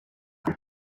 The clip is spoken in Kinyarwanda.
leta